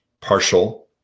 partial